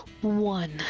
one